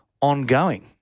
ongoing